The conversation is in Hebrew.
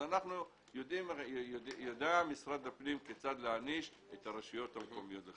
אז יודע משרד הפנים כיצד להעניש את הרשויות המקומיות.